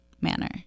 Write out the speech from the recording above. manner